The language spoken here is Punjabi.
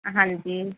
ਹਾਂਜੀ